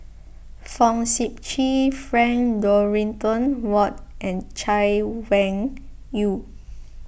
Fong Sip Chee Frank Dorrington Ward and Chay Weng Yew